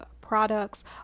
products